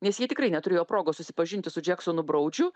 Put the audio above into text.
nes jie tikrai neturėjo progos susipažinti su džeksonu broudžiu